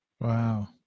Wow